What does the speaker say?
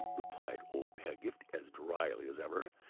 replied old pedgift, as dryly as ever,